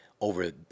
over